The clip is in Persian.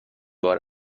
بار